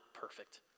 perfect